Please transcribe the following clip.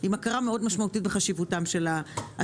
עם הכרה מאוד משמעותית בחשיבותם של העסקים.